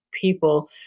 people